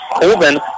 Colvin